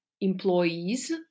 employees